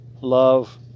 love